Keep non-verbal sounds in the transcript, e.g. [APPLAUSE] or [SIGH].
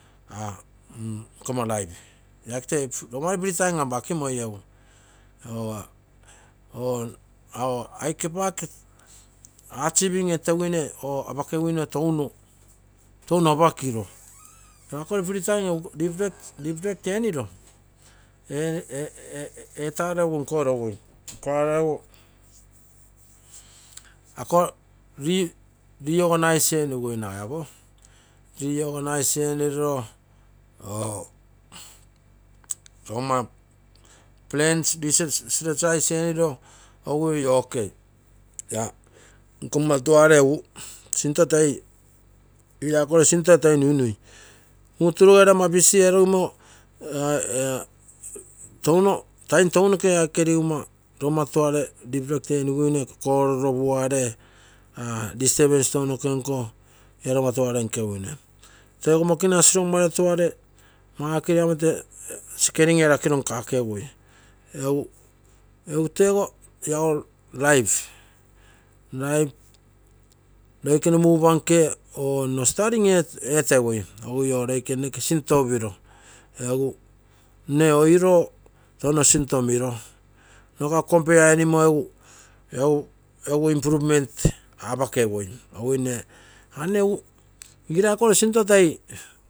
Nkomma life. life tee rogommai free time an apa gakimoi egu. Aike pake achieving eteguine touno apakiro, akoi free time esu reflect etaro egu nkologui nkaro egu reorganise enigui, rogomma pain [UNINTELLIGIBLE] ogui olcay la nkomma tuare egu sinto toi nuinui, muu turugere ama busy erogino time tounoke rogomma tuare reflect eniguine koguanonoge olistubance tounoke nko la roga tuare nkeguine, tego mokinasi rogomagere tuare skelin erakiro nkegui egu lago laip, loikene mugupa nke nno studing etegui, ogigui o loikene noke sinto upiro egu nne oiro touno sinto mirogogo compare enino egu improvement apakegui agigui aga nne igirai koro sinto toi runrugorosi